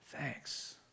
Thanks